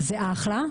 זה "אחלה",